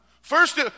First